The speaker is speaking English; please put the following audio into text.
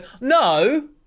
no